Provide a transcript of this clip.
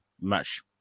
match